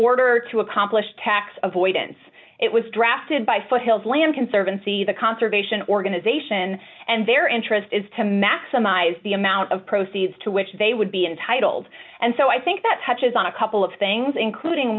order to accomplish tax avoidance it was drafted by foothills land conservancy the conservation organization and their interest is to maximize the amount of proceeds to which they would be entitled and so i think that touches on a couple of things including